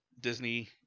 Disney